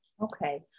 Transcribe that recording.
Okay